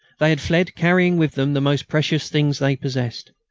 they had fled, carrying with them the most precious things they possessed.